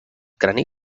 crani